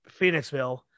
Phoenixville